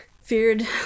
feared